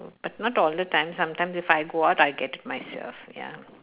but not all the time sometimes if I go out I'll get it myself ya